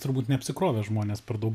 turbūt neapsikrovė žmonės per daug